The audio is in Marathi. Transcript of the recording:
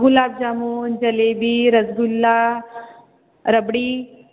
गुलाबजामुन जिलेबी रसगुल्ला रबडी